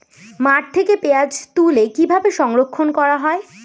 মাঠ থেকে পেঁয়াজ তুলে কিভাবে সংরক্ষণ করা হয়?